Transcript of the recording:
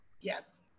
yes